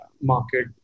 market